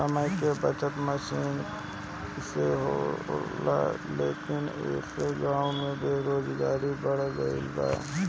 समय के बचत मसीन से होला लेकिन ऐसे गाँव में बेरोजगारी बढ़ गइल बा